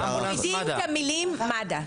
רק מורידים את המילים מד"א.